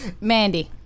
Mandy